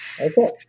okay